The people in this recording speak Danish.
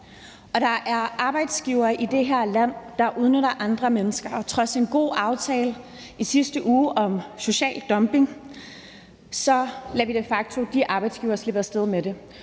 op. Der er arbejdsgivere i det her land, der udnytter andre mennesker, og trods en god aftale i sidste uge om social dumping lader vi de facto de arbejdsgivere slippe af sted med det,